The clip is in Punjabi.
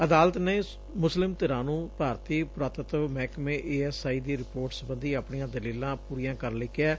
ਅਦਾਲਤ ਨੇ ਮੁਸਲਿਮ ਧਿਰਾਂ ਨੂੰ ਭਾਰਤੀ ਪੁਰਾਤਤਵ ਮਹਿਕਮੇ ਏ ਐਸ ਆਈ ਦੀ ਰਿਪੋਰਟ ਸਬੰਧੀ ਆਪਣੀਆਂ ਦਲੀਲਾਂ ਪੂਰੀਆਂ ਕਰਨ ਲਈ ਕਿਹੈ